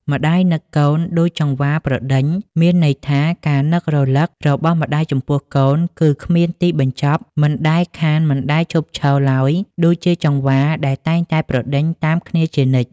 ម្ដាយនឹកកូន ដូចចង្វាប្រដេញ មានន័យថាការនឹករលឹករបស់ម្ដាយចំពោះកូនគឺគ្មានទីបញ្ចប់មិនដែលខាន មិនដែលឈប់ឈរឡើយដូចជាចង្វា ដែលតែងតែប្រដេញតាមគ្នាជានិច្ច។